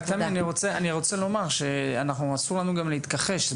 תמי, אסור לנו להתכחש.